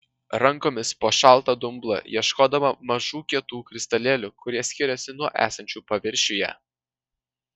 rankomis po šaltą dumblą ieškoma mažų kietų kristalėlių kurie skiriasi nuo esančių paviršiuje